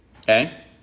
okay